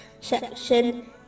section